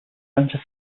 center